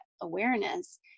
awareness